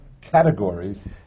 categories –